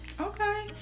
okay